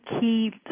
key